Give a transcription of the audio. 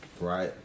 right